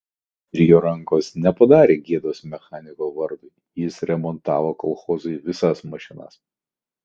ir jo rankos nepadarė gėdos mechaniko vardui jis remontavo kolchozui visas mašinas